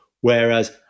Whereas